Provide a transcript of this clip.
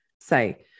say